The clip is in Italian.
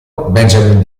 benjamin